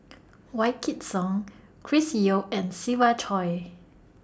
Wykidd Song Chris Yeo and Siva Choy